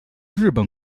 日本